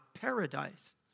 paradise